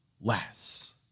less